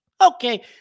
Okay